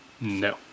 no